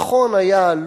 נכון היה,